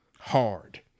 Hard